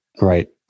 right